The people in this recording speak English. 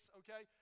okay